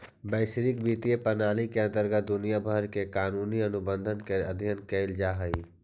वैश्विक वित्तीय प्रणाली के अंतर्गत दुनिया भर के कानूनी अनुबंध के अध्ययन कैल जा हई